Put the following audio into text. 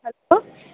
hello